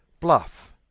Bluff